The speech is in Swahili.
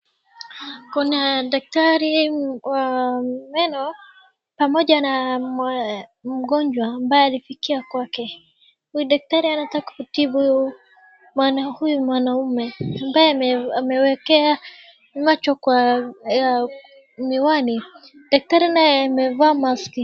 Kuna daktari wa meno pamoja na mgonjwa ambaye alifikia kwake. Daktari anataka kumtibu huyu mwanaume ambaye amewekea macho kwa miwani. Daktari naye amevaa maski.